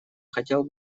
хотел